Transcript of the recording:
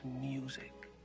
music